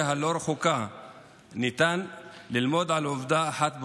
הלא-רחוקה ניתן ללמוד על עובדה אחת ברורה: